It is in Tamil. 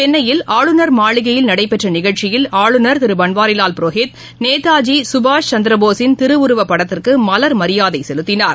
சென்னையில் ஆளுநர் மாளிகையில் நடைபெற்றநிகழ்ச்சியில் ஆளுநர் திருபன்வாரிலால் புரோகித் நேதாஜிசுபாஷ் சந்திரபோஸின் திருவுருவப்படத்திற்குமலர் மரியாதைசெலுத்தினார்